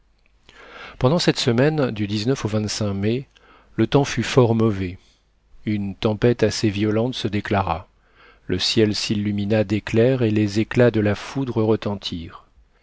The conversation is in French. pendant cette semaine du au mai le temps fut fort mauvais une tempête assez violente se déclara le ciel s'illumina d'éclairs et les éclats de la foudre retentirent